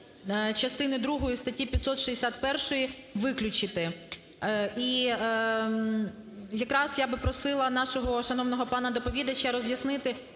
частини другої статті 561 виключити. І якраз я би просила нашого шановного пана доповідача роз'яснити,